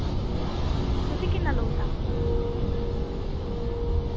तुसें किन्ना लोड़दा